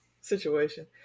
situation